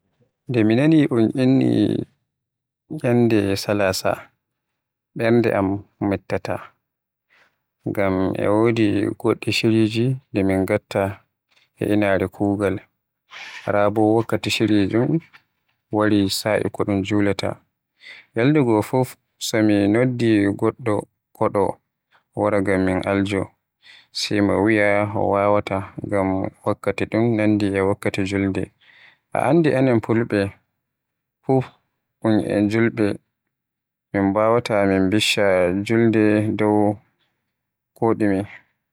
Nde mi nani nyalde Salasa fuf sai to ɓerde am nawi, ngam mi anndi e wodi goɗɗi shiriji di min ngatta e inaare kuugal am. raa bo wakkati shiri ɗun wari sa'i ko un julaata. Nyaldego fuf, so mi noddi goɗɗo koɗo wara ngam min aljo, sai mo wiya, o wawata ngam wakkati dun nandi e wakkati julɗe. A anndi enen fulɓe fuf un ɓe julɓe, min bawaata min bishsha julde dow koɗume.